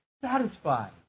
satisfied